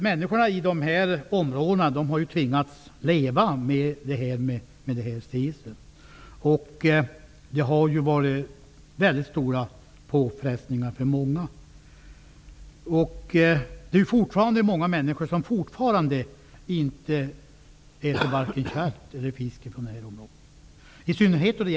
Människorna i de här områdena har ju tvingats leva med detta cesium. Det har för många inneburit stora påfrestningar. Det finns fortfarande många människor som varken äter kött eller fisk ifrån dessa områden.